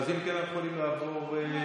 אז אם כן, אנחנו יכולים לעבור להצבעה.